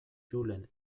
julen